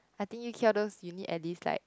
I think U_K all those you need at least like